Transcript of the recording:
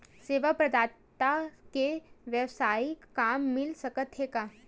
सेवा प्रदाता के वेवसायिक काम मिल सकत हे का?